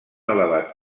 elevat